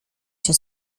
się